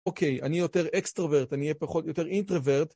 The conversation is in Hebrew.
אוקיי, אני יותר אקסטרוורט, אני אהיה פחות, יותר אינטרוורט.